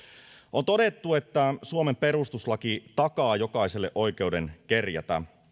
on todettu että suomen perustuslaki takaa jokaiselle oikeuden kerjätä